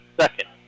Second